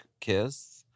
kiss